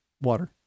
Water